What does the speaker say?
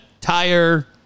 tire